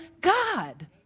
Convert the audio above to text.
God